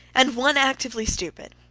and one actively stupid.